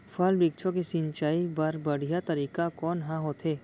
फल, वृक्षों के सिंचाई बर बढ़िया तरीका कोन ह होथे?